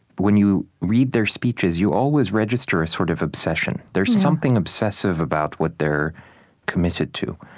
when you read their speeches, you always register a sort of obsession. there's something obsessive about what they're committed to.